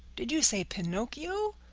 did you say pinocchio?